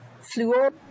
Fluor